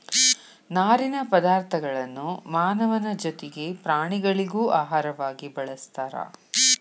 ನಾರಿನ ಪದಾರ್ಥಗಳನ್ನು ಮಾನವನ ಜೊತಿಗೆ ಪ್ರಾಣಿಗಳಿಗೂ ಆಹಾರವಾಗಿ ಬಳಸ್ತಾರ